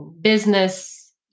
business